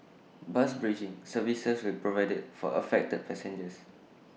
bus bridging services will be provided for affected passengers